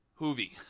Hoovy